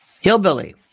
Hillbilly